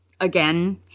again